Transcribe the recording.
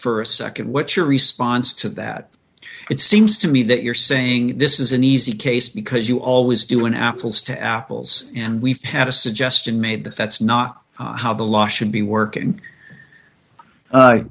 for a nd what's your response to that it seems to me that you're saying this is an easy case because you always do an apples to apples and we've had a suggestion made the fets not how the law should be working